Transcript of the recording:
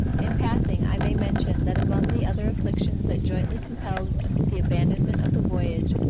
in passing, i may mention that among the other afflictions that jointly compelled the abandonment of the voyage,